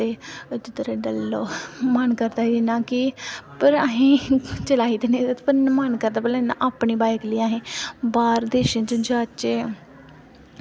ते मेरा मन करदा की ते चलाई पर मन करदा की अपनी बाईक लेइयै अस बाह्र दे देश जाचै